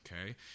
okay